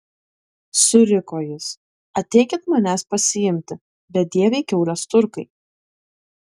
suriko jis ateikit manęs pasiimti bedieviai kiaulės turkai